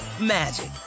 magic